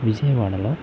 విజయవాడలో